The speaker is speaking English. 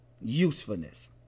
Usefulness